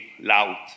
loud